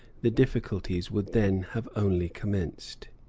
the difficulties would then have only commenced.